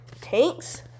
tanks